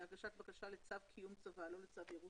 הגשת בקשה לצו קיום צוואה ולא לצו ירושה.